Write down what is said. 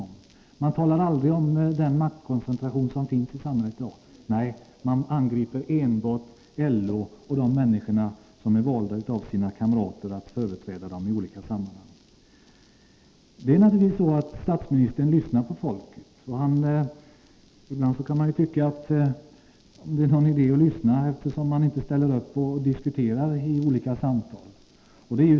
Man talar aldrig om den maktkoncentration som finns i samhället i dag, utan angriper enbart LO och de människor som är valda till företrädare av sina kamrater. Naturligtvis lyssnar statsministern på folket. Det kan emellertid ibland ifrågasättas om det är någon idé att lyssna, eftersom man inte ställer upp till diskussioner och samtal.